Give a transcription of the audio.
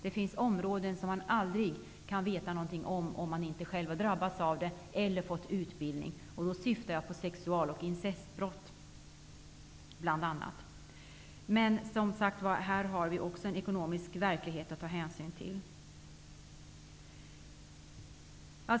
Det finns områden som man aldrig kan veta någonting om såvida man inte själv har drabbats eller fått utbildning. Jag syftar då på sexual och incestbrott. Men även här har vi en ekonomisk verklighet att ta hänsyn till.